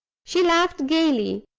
she laughed gayly.